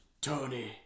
Tony